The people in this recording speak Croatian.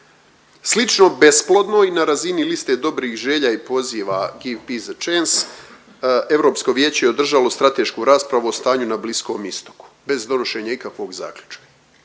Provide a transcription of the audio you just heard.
Slično besplodno i na razini liste dobrih želja i poziva give peace a chance Europsko vijeće je održalo stratešku raspravu o stanju na Bliskom istoku bez donošenja ikakvog zaključka.